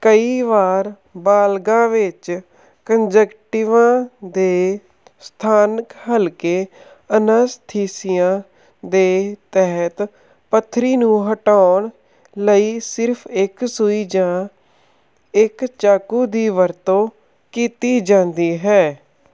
ਕਈ ਵਾਰ ਬਾਲਗਾਂ ਵਿੱਚ ਕੰਜੰਕਟਿਵਾ ਦੇ ਸਥਾਨਕ ਹਲਕੇ ਅਨੱਸਥੀਸੀਆ ਦੇ ਤਹਿਤ ਪੱਥਰੀ ਨੂੰ ਹਟਾਉਣ ਲਈ ਸਿਰਫ਼ ਇੱਕ ਸੂਈ ਜਾਂ ਇੱਕ ਚਾਕੂ ਦੀ ਵਰਤੋਂ ਕੀਤੀ ਜਾਂਦੀ ਹੈ